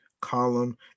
column